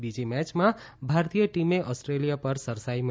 બીજી મેચમાં ભારતીય ટીમે ઓસ્ટ્રેલિયા પર સરસાઈ મેળવી છે